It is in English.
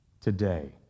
today